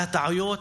על הטעויות,